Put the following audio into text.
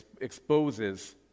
exposes